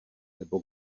nebo